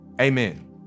Amen